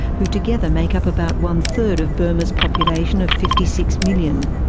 who together make up about one third of burma's population of fifty six million.